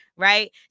right